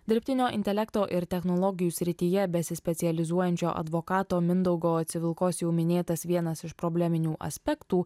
dirbtinio intelekto ir technologijų srityje besispecializuojančio advokato mindaugo civilkos jau minėtas vienas iš probleminių aspektų